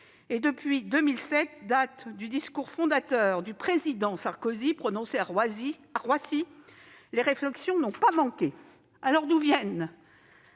depuis 2007, date du discours fondateur du président Sarkozy prononcé à Roissy, les réflexions n'ont pas manqué. Aussi, d'où viennent